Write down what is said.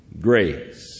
Grace